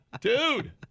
Dude